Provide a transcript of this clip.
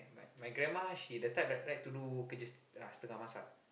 my grandma she the type that like to do kerja setengah masak